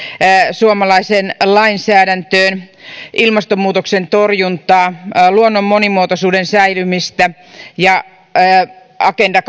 suomalaiseen lainsäädäntöön ilmastonmuutoksen torjuntaan luonnon monimuotoisuuden säilymiseen ja agenda